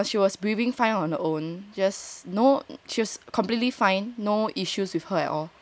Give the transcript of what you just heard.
ya just slightly swollen she was breathing fine on her own just no she was completely fine no issues with her at all ya